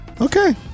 Okay